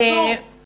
זה אבסורד.